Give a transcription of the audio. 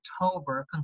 October